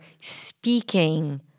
speaking